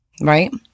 right